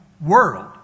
world